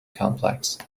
complex